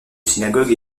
synagogue